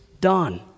done